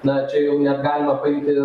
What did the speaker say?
na čia jau negalima paimti